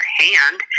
hand